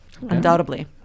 undoubtedly